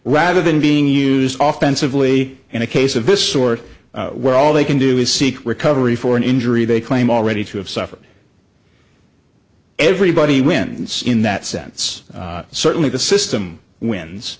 rather than being used often civilly in a case of this sort where all they can do is seek recovery for an injury they claim already to have suffered everybody wins in that sense certainly the system wins